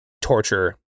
torture